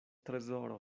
trezoro